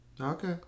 Okay